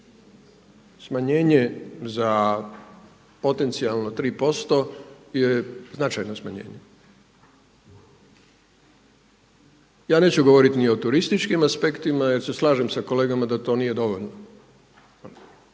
Smanjenje za potencijalno 3% je značajno smanjenje. Ja neću govoriti ni o turističkim aspektima jer se slažem sa kolegama da to nije dovoljno